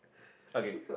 okay